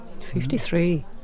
53